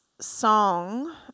song